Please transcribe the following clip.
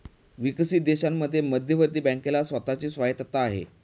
विकसित देशांमध्ये मध्यवर्ती बँकेला स्वतः ची स्वायत्तता आहे